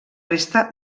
resta